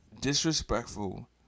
disrespectful